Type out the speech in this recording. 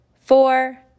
four